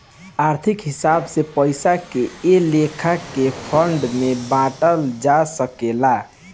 आर्थिक हिसाब से पइसा के कए लेखा के फंड में बांटल जा सकेला